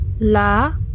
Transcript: la